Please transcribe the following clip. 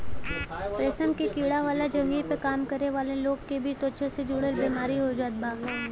रेशम के कीड़ा वाला जगही पे काम करे वाला लोग के भी त्वचा से जुड़ल बेमारी हो जात बा